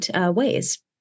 ways